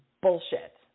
bullshit